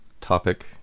topic